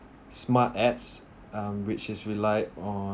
smart apps um which is relied on